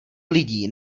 lidí